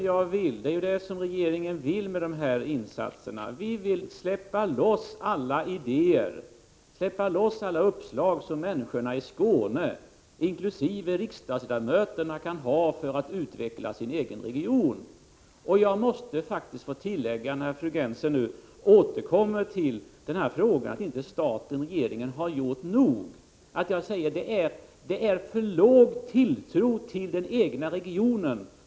Fru talman! Det är ju det som regeringen vill med dessa insatser. Vi vill nämligen släppa loss alla de idéer och alla de uppslag som människorna i Skåne — inkl. riksdagsledamöterna därifrån — kan ha när det gäller att utveckla den egna regionen. Eftersom Margit Gennser återkommer till frågan om att staten/regeringen inte har gjort tillräckligt i detta avseende måste jag faktiskt få tillägga följande: Fru Gennser har för liten tilltro till den egna regionen.